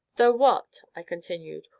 though what, i continued,